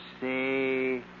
say